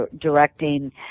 directing